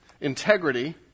integrity